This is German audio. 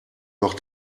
noch